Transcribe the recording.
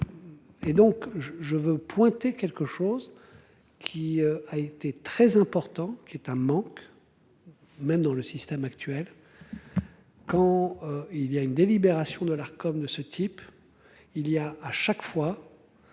Et donc je je veux pointer quelque chose. Qui a été très important qui est un manque. Même dans le système actuel. Quand il y a une délibération de l'Arcom de ce type. Il y a à chaque fois.